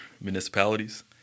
municipalities